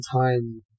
time